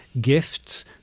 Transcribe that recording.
gifts